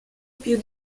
più